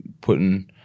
putting